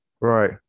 right